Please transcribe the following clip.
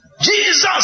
Jesus